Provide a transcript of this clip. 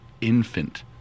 infant